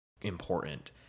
important